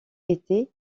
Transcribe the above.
étaient